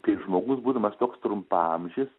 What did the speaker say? kai žmogus būdamas toks trumpaamžis